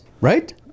Right